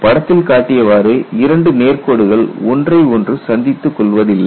படத்தில் காட்டியவாறு இரண்டு நேர்கோடுகள் ஒன்றை ஒன்று சந்தித்துக் கொள்வதில்லை